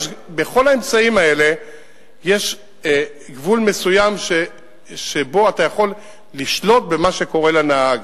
בכל האמצעים האלה יש גבול מסוים כמה שאתה יכול לשלוט במה שקורה לנהג.